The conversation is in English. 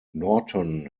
norton